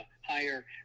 higher